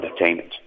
entertainment